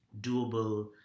doable